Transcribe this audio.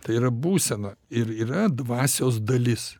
tai yra būsena ir yra dvasios dalis